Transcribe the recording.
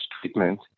treatment